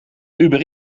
uber